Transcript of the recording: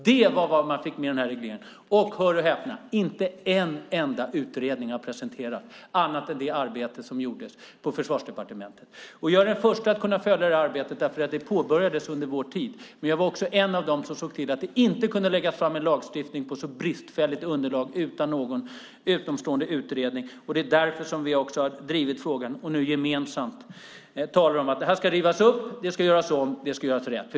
Det var vad man fick med denna reglering, och - hör och häpna - inte en enda utredning har presenterats annat än det arbete som gjordes på Försvarsdepartementet. Jag är den första att kunna följa detta arbete, för det påbörjades under vår tid. Jag var dock också en av dem som såg till att det inte kunde läggas fram en lagstiftning på så bristfälligt underlag utan någon utomstående utredning. Det är därför vi också har drivit frågan och nu gemensamt talar om att detta ska rivas upp, göras om och göras rätt.